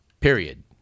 period